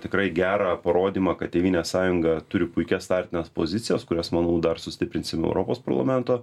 tikrai gerą parodymą kad tėvynės sąjunga turi puikias startines pozicijas kurias manau dar sustiprinsim europos parlamento